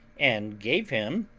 and gave him,